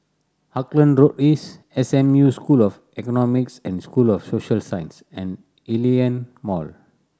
Auckland Road East S M U School of Economics and School of Social Sciences and Hillion Mall